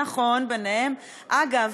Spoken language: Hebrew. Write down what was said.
נכון, ביניהם, אגב,